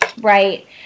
Right